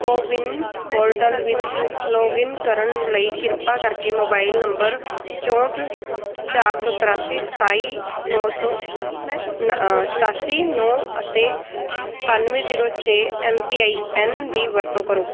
CoWIN portal ਵਿੱਚ login ਕਰਨ ਲਈ ਕਿਰਪਾ ਕਰਕੇ ਮੋਬਾਈਲ ਨੰਬਰ ਚੌਂਹਠ ਚਾਰ ਸੌ ਤਰਿਆਸੀ ਸਤਾਈ ਨੌਂ ਸੌ ਨਾ ਸਤਾਸੀ ਨੌਂ ਅਤੇ ਸਤਾਨਵੇਂ ਜੀਰੋ ਛੇ ਐਮ ਪੀ ਆਈ ਐਨ ਦੀ ਵਰਤੋਂ ਕਰੋ